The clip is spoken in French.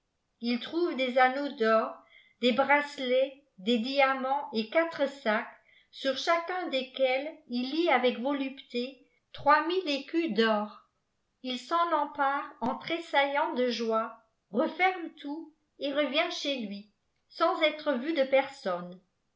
il trouve des anneaux abf aeà'l racelets dès diamants et quatre sacs sur chacun desquels ihlt avëc volupté trôièraille écusd'or iv s'en empare en'trefesaiirântme joie referme tout et revient chez lui sans être vu de petioiè